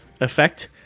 effect